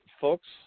folks